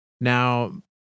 Now